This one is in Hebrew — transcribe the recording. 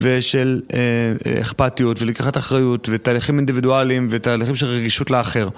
ושל אכפתיות ולקיחת אחריות, ותהליכים אינדיבידואליים ותהליכים של רגישות לאחר.